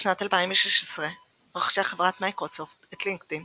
בשנת 2016 רכשה חברת מיקרוסופט את לינקדאין